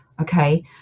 Okay